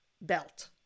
belt